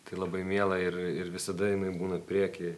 tai labai miela ir ir visada jinai būna priekyje